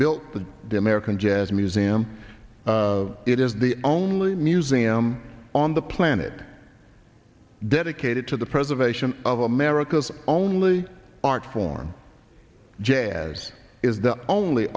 built the the american jazz museum it is the only museum on the planet dedicated to the preservation of america's only art form jazz is the only